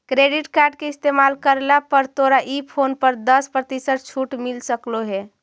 credit card के इस्तेमाल करला पर तोरा ई फोन पर दस प्रतिशत तक छूट मिल सकलों हे